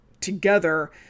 together